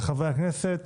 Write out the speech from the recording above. לחברי הכנסת.